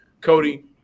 Cody